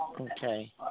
Okay